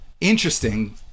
interesting